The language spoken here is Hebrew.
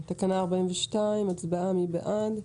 תקנה 42, מי בעד?